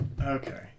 Okay